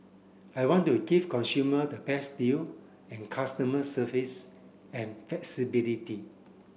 I want to give consumer the best deal and customer service and flexibility